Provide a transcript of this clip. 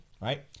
Right